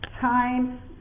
time